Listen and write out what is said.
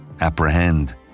apprehend